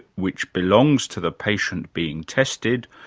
which belongs to the patient being tested,